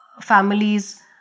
families